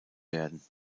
werden